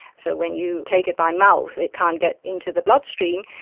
so when you take it by mouth it can't get into the bloodstream.